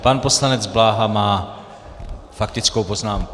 Pan poslanec Bláha má faktickou poznámku.